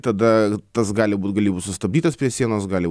tada tas gali būt gali būt sustabdytas prie sienos gali